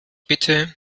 bitte